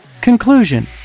Conclusion